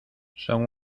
son